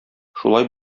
шулай